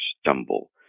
stumble